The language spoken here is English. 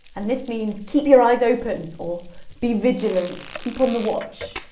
and this means keep your eyes open, or be vigilant, keep on the watch.